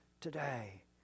today